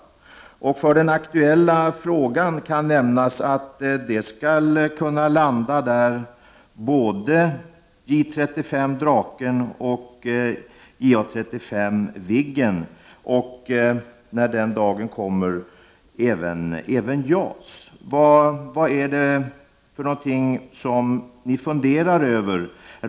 När det gäller den aktuella frågan kan nämnas att J35 Draken, JA35 Viggen liksom även JAS skall kunna landa på Dala Airport när den dagen kommer. Vad är det för någonting som ni funderar över?